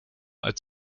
als